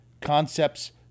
concepts